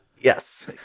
Yes